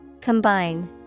Combine